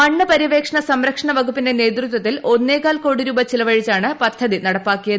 മണ്ണ് പര്യവേഷണ സംരക്ഷണ വകുപ്പിന്റെ നേതൃത്വത്തിൽ ഒന്നേകാൽ കോടി രൂപ് ചെലവഴിച്ചാണ് പദ്ധതി നടപ്പാക്കിയത്